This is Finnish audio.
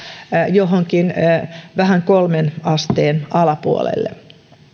johonkin vähän kolmeen asteen alapuolelle